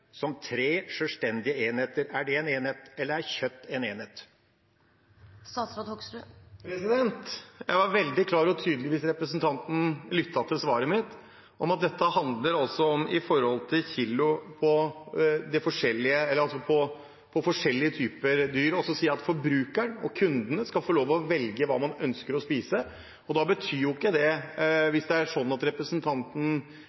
som tre sjølstendige enheter? Eller er «kjøtt» en enhet? Jeg var veldig klar og tydelig – hvis representanten lyttet til svaret mitt – på at dette altså handler om produsert kilo kjøtt fra forskjellige typer dyr. Og så sier jeg at forbrukerne, kundene, skal få lov å velge hva man ønsker å spise. Hvis det er sånn at representanten Per Olaf Lundteigen tenker at man skal slå sammen kjøtt, og så er alt kjøtt, og at man endrer på det